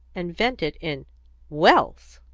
and vent it in wells!